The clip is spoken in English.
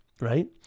right